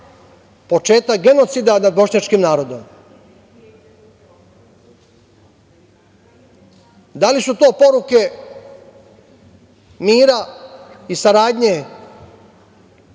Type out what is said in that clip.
početak genocida nad bošnjačkim narodom. Da li su to poruke mira i saradnje